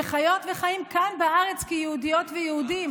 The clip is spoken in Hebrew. שחיות וחיים כאן בארץ כיהודיות ויהודים,